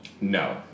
No